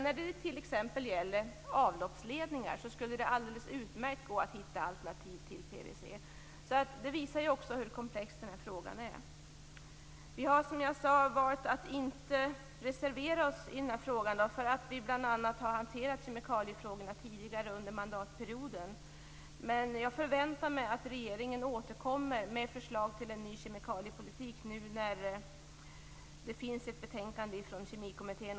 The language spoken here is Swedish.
När det t.ex. gäller avloppsledningar skulle det däremot gå alldeles utmärkt att hitta alternativ till PVC. Detta visar hur komplex frågan är. Vi har, som jag sagt, valt att inte reservera oss i den här frågan, bl.a. därför att kemikaliefrågorna har hanterats tidigare under mandatperioden. Jag förväntar mig dock att regeringen återkommer med förslag till en ny kemikaliepolitik nu när frågan är utredd och det föreligger ett betänkande från Kemikommittén.